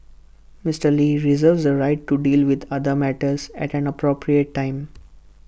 Mister lee reserves the right to deal with other matters at an appropriate time